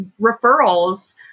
referrals